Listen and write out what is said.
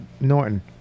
Norton